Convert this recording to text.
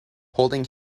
holding